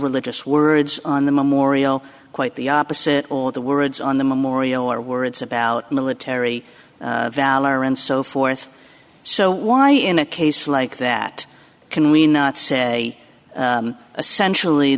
religious words on the memorial quite the opposite all the words on the memorial are words about military valor and so forth so why in a case like that can we not say essentially